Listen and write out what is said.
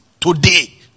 today